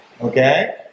okay